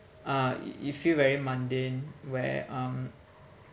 uh you feel very mundane where um